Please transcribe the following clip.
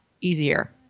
easier